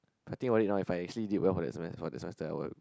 I think about it now if I actually did well for that semester this semester I will